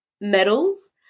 medals